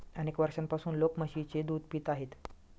अनेक वर्षांपासून लोक म्हशीचे दूध पित आहेत